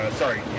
sorry